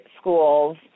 schools